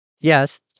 Yes